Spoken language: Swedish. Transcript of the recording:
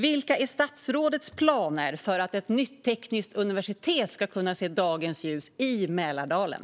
Vilka är statsrådets planer för att ett nytt tekniskt universitet ska kunna se dagens ljus i Mälardalen?